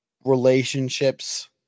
relationships